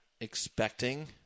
expecting